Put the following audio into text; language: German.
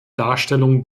darstellung